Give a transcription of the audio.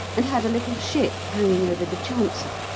and had a little ship hanging over the chancel.